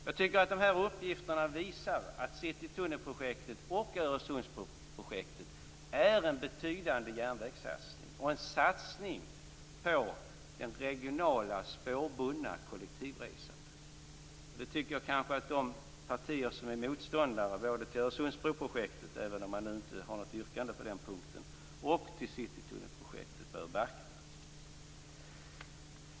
Jag tycker att de här uppgifterna visar att citytunnelprojektet och Öresundsbroprojektet är en betydande järnvägssatsning och en satsning på det regionala spårbundna kollektivresandet. Det tycker jag kanske att de partier som är motståndare till både Öresundsbroprojektet, även om man inte har något yrkande på den punkten, och citytunnelprojektet bör beakta.